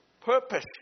purpose